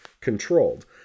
controlled